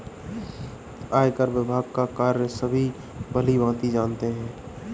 आयकर विभाग का कार्य सभी भली भांति जानते हैं